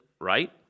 right